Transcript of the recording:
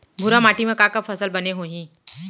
भूरा माटी मा का का फसल बने होही?